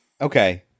Okay